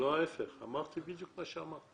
אמרתי בדיוק מה שאמרת.